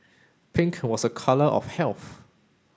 pink was a colour of health